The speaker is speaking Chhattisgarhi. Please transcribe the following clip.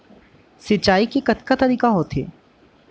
सिंचाई के कतका तरीक़ा होथे?